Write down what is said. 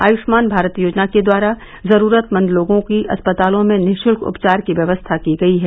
आयुष्मान भारत योजना के द्वारा जरूरतमंद लोगों की अस्पतालों में निःशुल्क उपचार की व्यवस्था की गई है